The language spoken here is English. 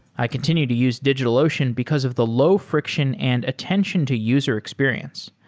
i continue to use digitalocean because of the low friction and attention to user experience.